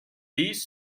these